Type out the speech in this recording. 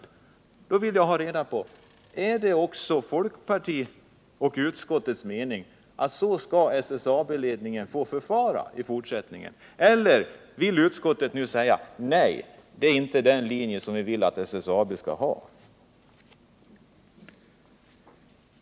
Jag vill ha reda på om det också är folkpartiets och utskottets mening att SSAB även i fortsättningen skall få förfara på detta sätt eller om utskottet nu vill säga: Nej, det är inte den linje som vi vill att SSAB skall driva.